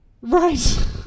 Right